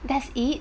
that's it